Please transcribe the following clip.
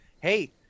hey